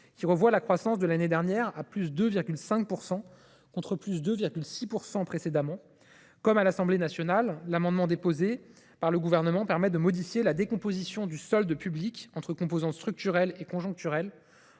qui évalue la croissance de l’année dernière à +2,5 %, contre +2,6 % précédemment. Comme à l’Assemblée nationale, l’amendement déposé par le Gouvernement vise à modifier la décomposition du solde public entre composante structurelle et conjoncturelle,